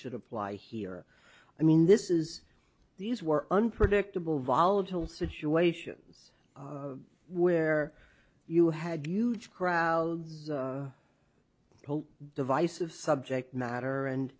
should apply here i mean this is these were unpredictable volatile situations where you had huge crowds hope divisive subject matter and